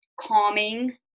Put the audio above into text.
calming